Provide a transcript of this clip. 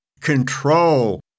control